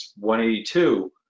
182